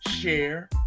share